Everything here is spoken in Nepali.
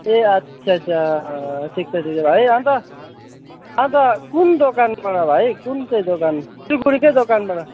ए अच्छा अच्छा ठिक छ अन्त अन्त कुन दोकानबाट भाइ कुन चाहिँ दोकान सिलगडीकै दोकानबाट